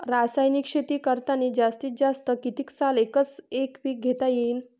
रासायनिक शेती करतांनी जास्तीत जास्त कितीक साल एकच एक पीक घेता येईन?